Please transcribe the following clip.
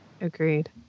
Agreed